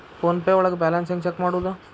Phone pay ಒಳಗ balance ಹೆಂಗ್ check ಮಾಡುವುದು?